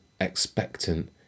expectant